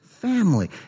family